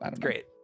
great